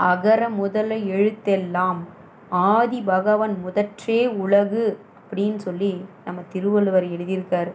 அகர முதல எழுத்தெல்லாம் ஆதிபகவன் முதற்றே உலகு அப்படின்னு சொல்லி நம்ம திருவள்ளுவர் எழுதியிருக்காரு